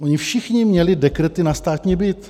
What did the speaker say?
Oni všichni měli dekrety na státní byt.